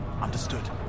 Understood